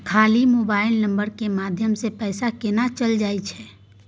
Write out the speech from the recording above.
खाली mobile number के माध्यम से पैसा केना चल जायछै?